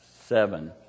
seven